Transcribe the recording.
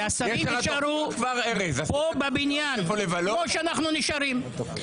שהשרים יישארו פה בבניין, כמו שאנחנו נשארים.